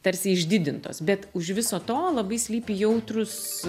tarsi išdidintos bet už viso to labai slypi jautrūs